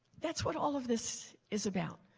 that's what all of this is about.